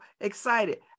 excited